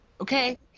okay